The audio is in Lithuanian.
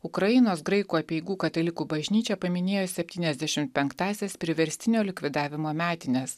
ukrainos graikų apeigų katalikų bažnyčia paminėjo septyniasdešimt penktąsias priverstinio likvidavimo metines